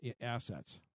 assets